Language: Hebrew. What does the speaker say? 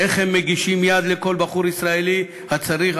איך הם מגישים יד לכל בחור ישראלי הצריך,